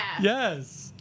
Yes